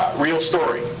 real story.